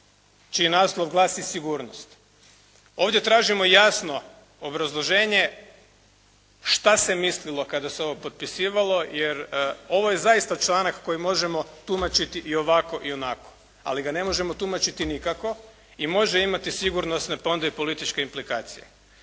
čiji naslov glasi: Sigurnost. Ovdje tražimo jasno obrazloženje šta se mislilo kada se ovo potpisivalo jer ovo je zaista članak koji možemo tumačiti i ovako i onako. Ali ga ne možemo tumačiti nikako i može imati sigurnosne pa onda i političke implikacije.